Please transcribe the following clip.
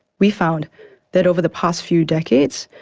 we found that over the past few decades,